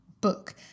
book